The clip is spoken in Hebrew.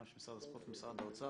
גם של משרד הספורט וגם של משרד האוצר.